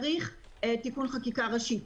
צריך תיקון חקיקה ראשי,